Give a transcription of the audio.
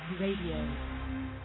RADIO